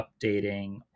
updating